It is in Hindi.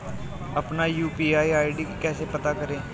अपना यू.पी.आई आई.डी कैसे पता करें?